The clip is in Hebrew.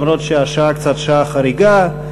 למרות שהשעה קצת חריגה,